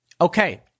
Okay